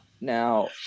now